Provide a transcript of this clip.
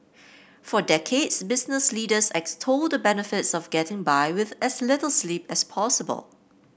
for decades business leaders extolled the benefits of getting by with as little sleep as possible